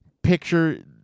picture